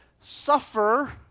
suffer